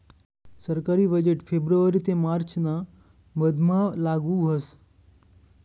सरकारी बजेट फेब्रुवारी ते मार्च ना मधमा लागू व्हस